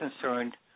concerned